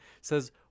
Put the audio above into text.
says